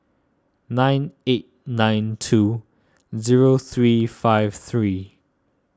nine eight nine two zero three five three